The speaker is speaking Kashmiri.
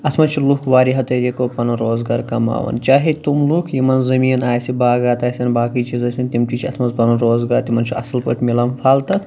اَتھ منٛز چھِ لوٗکھ واریاہو طٔریٖقو پَنُن روزگار کَماوان چاہے تِم لوٗکھ یِمَن زٔمیٖن آسہِ باغات آسیٚن باقٕے چیٖز آسیٚن تِم تہِ چھِ اَتھ منٛز پَنُن روزگار تِمَن چھُ اصٕل پٲٹھۍ میلان پھل تَتھ